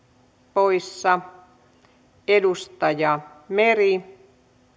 poissa edustaja meri